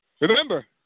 Remember